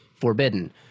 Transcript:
forbidden